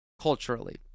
culturally